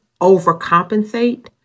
overcompensate